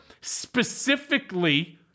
specifically